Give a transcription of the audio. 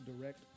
direct